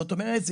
זאת אומרת,